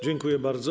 Dziękuję bardzo.